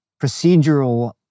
procedural